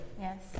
Yes